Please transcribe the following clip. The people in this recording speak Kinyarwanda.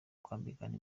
kwambikana